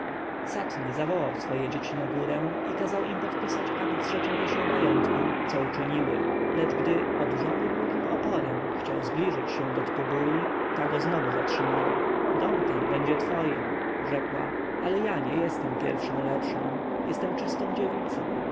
zawołał swoje dzieci na górę i kazał im podpisać akt zrzeczenia się majątku co uczyniły lecz gdy odurzony długim oporem chciał zbliżyć się do tbubui ta go znowu zatrzymała dom ten będzie twoim rzekła ale ja nie jestem pierwszą lepszą jestem czystą dziewicą